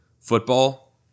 football